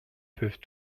peuvent